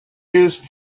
used